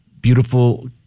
beautiful